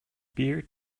beer